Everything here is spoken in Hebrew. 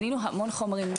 בנינו הרבה חומרים,